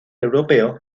europeo